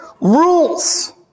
rules